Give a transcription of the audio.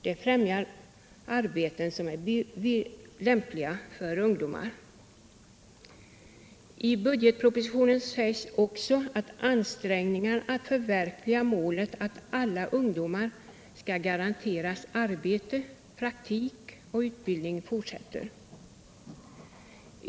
Detta bidrar till att få fram arbeten som är lämpliga för ungdomar. I budgetpropositionen sägs också att ansträngningarna att förverkliga målet att alla ungdomar skall garanteras arbete, praktik och utbildning fortsätter.